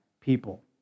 people